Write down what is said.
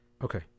Okay